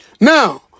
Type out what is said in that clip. Now